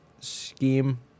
scheme